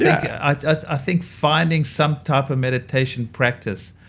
yeah ah i think finding some type of meditation practice,